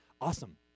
awesome